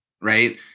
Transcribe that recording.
Right